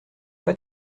pas